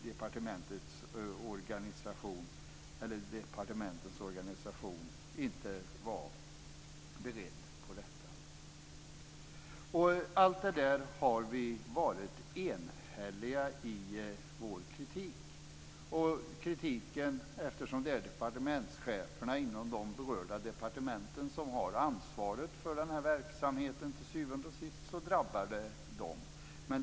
Departementets organisation var inte beredd på det. Vi har varit enhälliga i vår kritik av allt detta. Det är departementscheferna på berörda departement som har ansvaret för verksamheten till syvende och sist. Därför drabbar det dem.